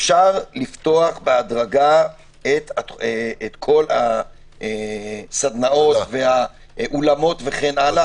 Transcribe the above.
אפשר לפתוח בהדרגה את כל הסדנאות והאולמות וכן הלאה,